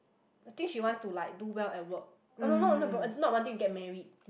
I think she wants to like do well at work oh no no not work not wanting to get married